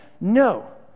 no